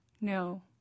No